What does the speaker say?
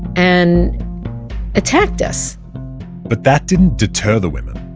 and attacked us but that didn't deter the women.